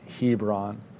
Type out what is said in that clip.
Hebron